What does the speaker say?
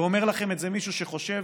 ואומר לכם את זה מישהו שחושב